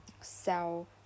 sell